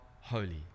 holy